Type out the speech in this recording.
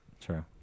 True